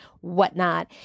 whatnot